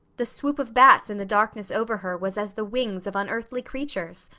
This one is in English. the swoop of bats in the darkness over her was as the wings of unearthly creatures.